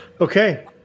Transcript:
Okay